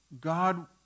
God